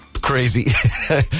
Crazy